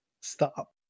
stop